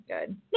good